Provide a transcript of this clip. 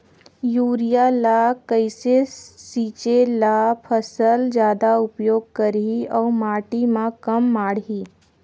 Urea ल कइसे छीचे ल फसल जादा उपयोग करही अउ माटी म कम माढ़ही?